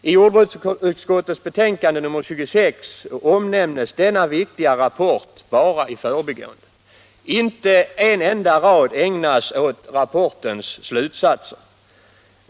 I jordbruksutskottets betänkande nr 26 omnämns denna viktiga rapport bara i förbigående. Inte en enda rad ägnas åt rapportens slutsatser.